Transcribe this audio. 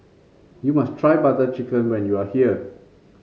you must try Butter Chicken when you are here